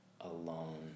alone